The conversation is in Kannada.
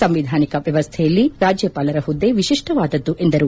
ಸಂವಿಧಾನಿಕ ವ್ಯವಸ್ಥೆಯಲ್ಲಿ ರಾಜ್ಯಪಾಲರ ಹುದ್ದೆ ವಿಶಿಷ್ಷವಾದದ್ದು ಎಂದರು